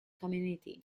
community